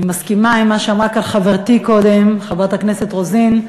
אני מסכימה עם מה שאמרה כאן קודם חברתי חברת הכנסת רוזין,